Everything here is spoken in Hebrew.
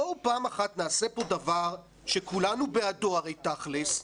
בואו פעם אחת נעשה פה דבר שכולנו בעדו תכלס,